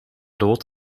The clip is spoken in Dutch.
lood